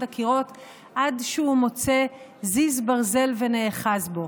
הקירות עד שהוא מוצא זיז ברזל ונאחז בו.